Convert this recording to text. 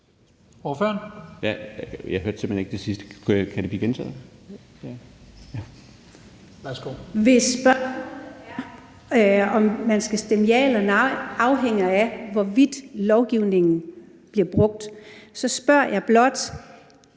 om man skal stemme ja eller nej, afhænger af, hvorvidt lovgivningen bliver brugt. Så spørger jeg blot: